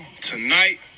tonight